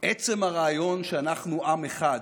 עצם הרעיון שאנחנו עם אחד